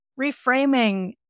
reframing